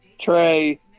Trey